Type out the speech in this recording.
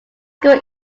school